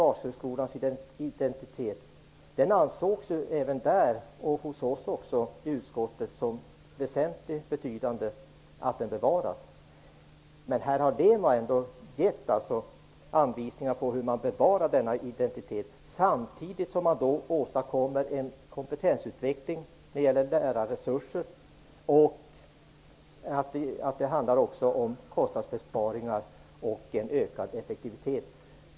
Både hos LEMO och i utskottet ansågs det vara av väsentlig betydelse att den bevarades. LEMO har alltså givit anvisningar om hur denna identitet kan bevaras samtidigt som man åstadkommer en kompetensutveckling i fråga om lärarresurser. Dessutom handlar det om att göra kostnadsbesparingar och uppnå en ökad effektivitet.